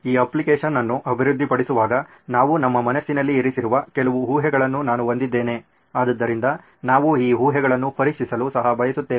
ಈ ಅಪ್ಲಿಕೇಶನ್ ಅನ್ನು ಅಭಿವೃದ್ಧಿಪಡಿಸುವಾಗ ನಾವು ನಮ್ಮ ಮನಸ್ಸಿನಲ್ಲಿ ಇರಿಸಿರುವ ಕೆಲವು ಊಹೆಗಳನ್ನು ನಾನು ಹೊಂದಿದ್ದೇನೆ ಆದ್ದರಿಂದ ನಾವು ಈ ಊಹೆಗಳನ್ನು ಪರೀಕ್ಷಿಸಲು ಸಹ ಬಯಸುತ್ತೇವೆ